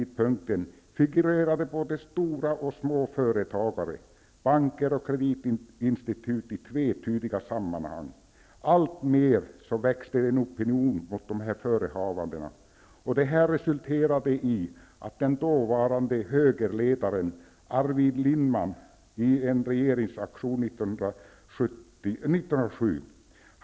Då figurerade både stora och små företagare, banker och kreditinstitut i tvetydiga sammanhang. Alltmer växte det en opinion mot dessa förehavanden. Det här resulterade i den dåvarande högerledarens Arvid Lindmans regeringsaktion 1907.